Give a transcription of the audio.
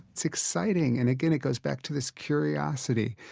it's exciting and, again, it goes back to this curiosity,